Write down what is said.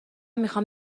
میخوام